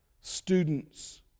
students